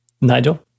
Nigel